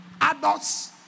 adults